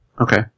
Okay